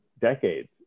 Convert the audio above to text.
decades